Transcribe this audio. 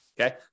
okay